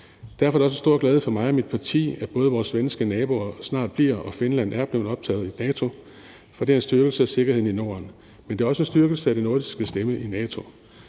Derfor er det også en stor glæde for mig og mit parti, at vores svenske naboer snart bliver, og at Finland er blevet optaget i NATO, for det er en styrkelse af sikkerheden i Norden. Men det er også en styrkelse af den nordiske stemme i NATO.